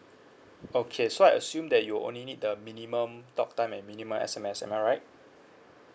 okay so I assume that you'll only need the minimum talk time and minimum S_M_S am I right